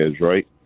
right